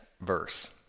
verse